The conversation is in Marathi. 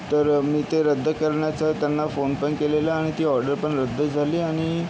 तर मी ते रद्द करण्याचा त्यांना फोनपण केलेला आणि ती ऑर्डरपण रद्द झाली आणि